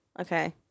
Okay